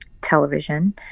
television